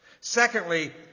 Secondly